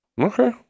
Okay